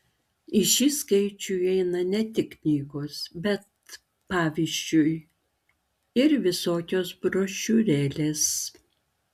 į šį skaičių įeina ne tik knygos bet pavyzdžiui ir visokios brošiūrėlės